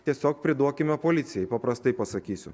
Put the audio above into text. tiesiog priduokime policijai paprastai pasakysiu